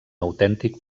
autèntic